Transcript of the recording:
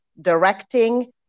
directing